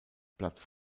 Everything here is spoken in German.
platz